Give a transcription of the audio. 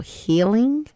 healing